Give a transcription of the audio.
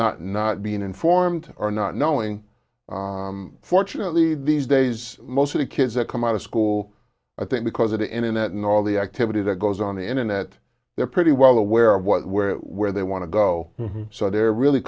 not not being informed or not knowing fortunately these days most of the kids that come out of school i think because of the internet and all the activity that goes on the internet they're pretty well aware of what where where they want to go so they're really